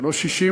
זה לא 60,000,